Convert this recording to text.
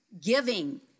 giving